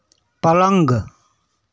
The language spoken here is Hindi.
पलंग